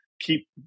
keep